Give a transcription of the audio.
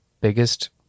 biggest